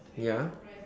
ya